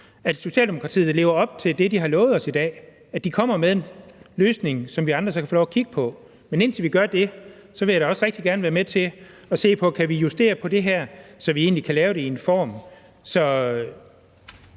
at Socialdemokratiet lever op til det, de har lovet os i dag – at de kommer med en løsning, som vi andre så kan få lov at kigge på. Men indtil de gør det, vil jeg da også rigtig gerne være med til at se på, om vi kan justere på det her, så vi egentlig kan lave det i en form,